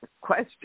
question